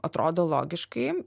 atrodo logiškai